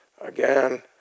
again